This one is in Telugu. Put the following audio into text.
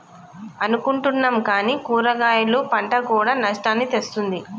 అనుకుంటున్నాం కానీ కూరగాయలు పంట కూడా నష్టాల్ని తెస్తుంది